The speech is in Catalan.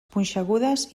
punxegudes